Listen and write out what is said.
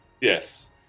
Yes